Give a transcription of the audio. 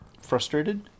frustrated